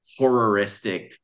horroristic